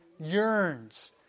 Yearns